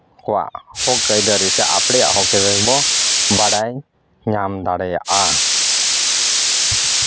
ᱠᱚᱣᱟᱜ ᱦᱚᱸᱠ ᱟᱹᱭᱫᱟᱹᱨᱤ ᱥᱮ ᱟᱯᱲᱮᱭᱟᱜ ᱦᱚᱸᱠ ᱟᱹᱭᱫᱟᱹᱨᱤ ᱫᱚ ᱵᱟᱲᱟᱭ ᱧᱟᱢ ᱫᱟᱲᱮᱭᱟᱜᱼᱟ